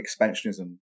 expansionism